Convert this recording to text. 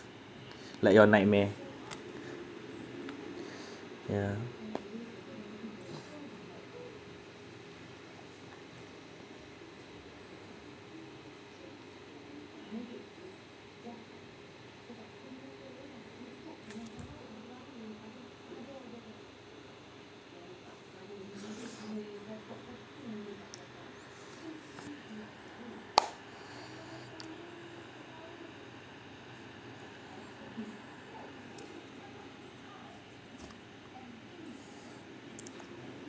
like your nightmare yeah